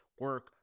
Work